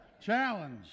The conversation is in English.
challenge